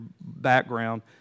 background